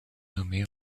nommée